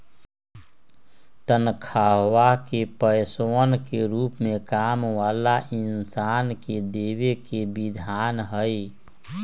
तन्ख्वाह के पैसवन के रूप में काम वाला इन्सान के देवे के विधान हई